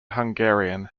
hungarian